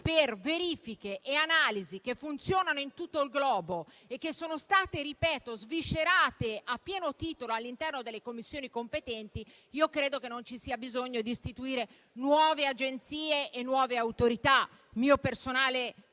per verifiche e analisi che funzionano in tutto il globo e che sono state sviscerate a pieno titolo all'interno delle Commissioni competenti, credo non ci sia bisogno di istituire nuove agenzie e nuove Autorità.